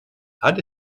det